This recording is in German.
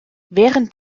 während